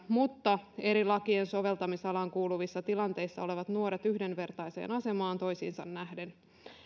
mutta eri lakien soveltamisalaan kuuluvissa tilanteissa olevat nuoret yhdenvertaiseen asemaan toisiinsa nähden